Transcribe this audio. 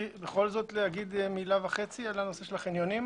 לגבי החניונים